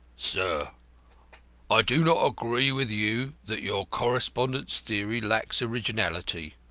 sir i do not agree with you that your correspondent's theory lacks originality.